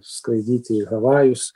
skraidyti į havajus